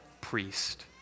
priest